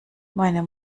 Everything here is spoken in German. meine